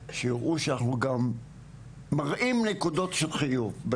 שייראו שאנחנו גם מראים נקודות חיוב,